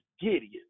Gideon